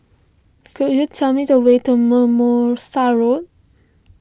could you tell me the way to Mimosa Road